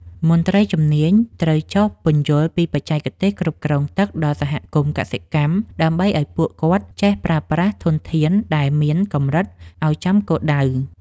មន្ត្រីជំនាញត្រូវចុះពន្យល់ពីបច្ចេកទេសគ្រប់គ្រងទឹកដល់សហគមន៍កសិកម្មដើម្បីឱ្យពួកគាត់ចេះប្រើប្រាស់ធនធានដែលមានកម្រិតឱ្យចំគោលដៅ។